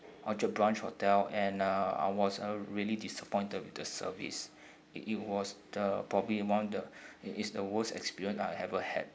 orchard branch hotel and uh I was uh really disappointed with the service it was the probably among the it is the worst experience I had ever had